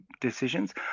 decisions